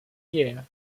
year